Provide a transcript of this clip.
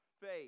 faith